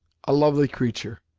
a lovely creature!